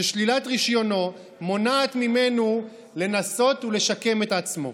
ששלילת רישיונו מונעת ממנו לנסות ולשקם את עצמו.